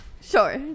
Sure